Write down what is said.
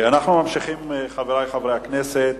אנחנו ממשיכים, חברי חברי הכנסת,